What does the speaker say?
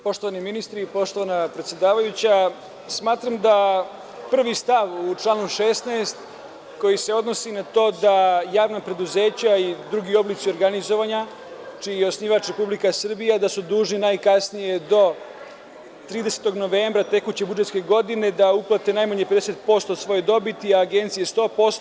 Poštovani ministri, poštovana predsedavajuća, smatram da prvi stav u članu 16. koji se odnosi na to da javna preduzeća i drugi oblici organizovanja čiji je osnivač Republika Srbija, da su dužni najkasnije do 30. novembra tekuće budžetske godine da uplate najmanje 50% svoje dobiti, a agencije 100%